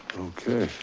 okay.